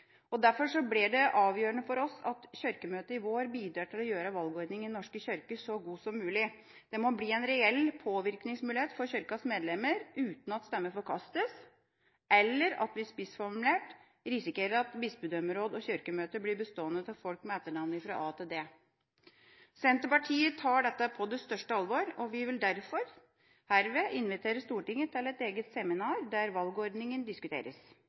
alle. Derfor blir det avgjørende for oss at Kirkemøtet i vår bidrar til å gjøre valgordningen i Den norske kirke så god som mulig. Det må bli en reell påvirkningsmulighet for Kirkens medlemmer uten at stemmer forkastes eller at vi – spissformulert – risikerer at bispedømmeråd og kirkemøte blir bestående av folk med etternavn fra A til D. Senterpartiet tar dette på største alvor. Vi vil derfor herved invitere Stortinget til et eget seminar der valgordningen diskuteres.